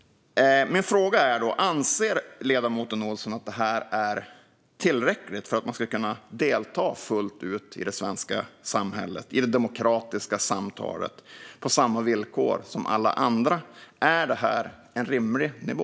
Min fråga är: Anser ledamoten Ohlsson att detta är tillräckligt för att man ska kunna delta fullt ut i det svenska samhället och i det demokratiska samtalet på samma villkor som alla andra? Är detta en rimlig nivå?